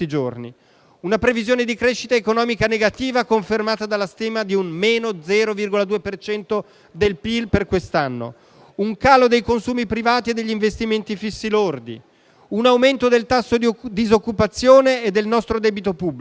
una previsione di crescita economica negativa, confermata dalla stima di un -0,2 per cento del PIL per quest'anno; un calo dei consumi privati e degli investimenti fissi lordi; un aumento del tasso di disoccupazione e del nostro debito pubblico.